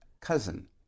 cousin